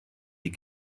die